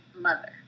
mother